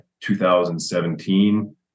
2017